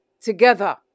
together